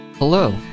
Hello